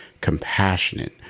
compassionate